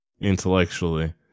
intellectually